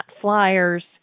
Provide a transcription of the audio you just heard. flyers